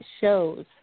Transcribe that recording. shows